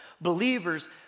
believers